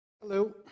Hello